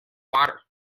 water